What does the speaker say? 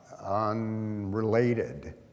unrelated